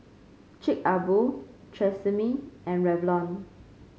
Chic A Boo Tresemme and Revlon